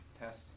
Test